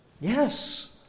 Yes